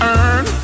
earn